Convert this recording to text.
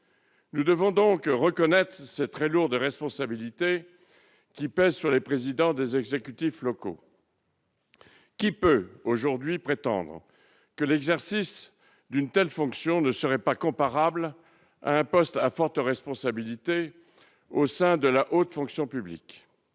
Nous devons donc reconnaître ces très lourdes responsabilités qui pèsent sur les présidents des exécutifs locaux. Qui peut prétendre que l'exercice d'une telle fonction n'est pas comparable à un poste à forte responsabilité au sein de la haute fonction publique ?